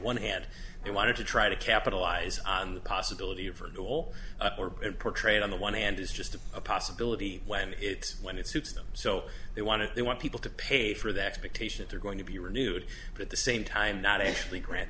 one had they wanted to try to capitalize on the possibility of renewal and portrayed on the one hand is just a possibility when it when it suits them so they want to they want people to pay for the expectations are going to be renewed but at the same time not actually grant